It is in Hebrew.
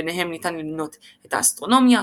ביניהם ניתן למנות את האסטרונומיה,